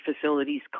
facilities